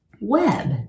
Web